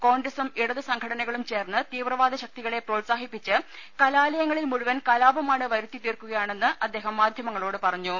കോൺഗ്രസും ഇടതുസംഘടനകളും ചേർന്ന് തീവ്രവാദ ശക്തികളെ പ്രോത്സാഹിപ്പിച്ച് കലാലയങ്ങളിൽ മുഴുവൻ കലാഹ്മാണെന്ന് വരുത്തി തീർക്കുകയാണെന്ന് അദ്ദേഹം മാധ്യമങ്ങളോട് പറഞ്ഞു